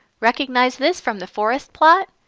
recognize this from the forest plot?